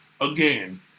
Again